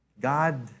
God